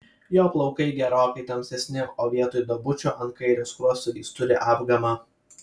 jo plaukai gerokai tamsesni o vietoj duobučių ant kairio skruosto jis turi apgamą